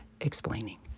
explaining